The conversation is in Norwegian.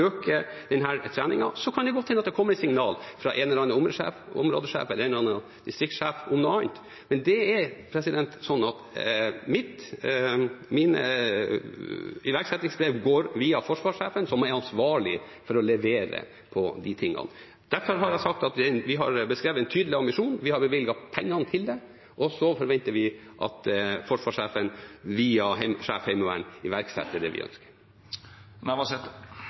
Så kan det godt hende at det kommer signal fra en eller annen områdesjef eller en eller annen distriktssjef om noe annet, men det er slik at mitt iverksettingsbrev går via forsvarssjefen, som er ansvarlig for å levere når det gjelder disse tingene. Derfor har jeg sagt at vi har beskrevet en tydelig ambisjon, vi har bevilget pengene til det, og så forventer vi at forsvarssjefen via sjef Heimevernet iverksetter det vi ønsker.